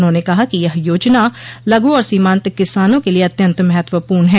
उन्होंने कहा कि यह योजना लघु और सीमान्त किसानों के लिये अत्यन्त महत्वपूर्ण है